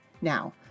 Now